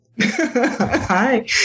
Hi